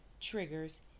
triggers